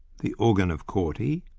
the organ of corti,